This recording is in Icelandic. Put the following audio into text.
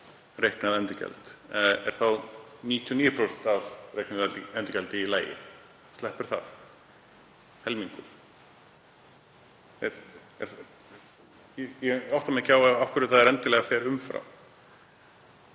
reiknað endurgjald er þá 99% af reiknuðu endurgjaldi í lagi? Sleppur það? Helmingur? Ég átta mig ekki á því af hverju það er endilega ef það fer umfram.